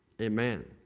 Amen